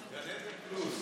גן עדן פלוס.